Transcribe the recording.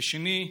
ושנית,